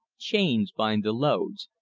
chains bind the loads.